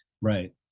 right